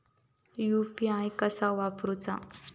UPI कसा वापरूचा?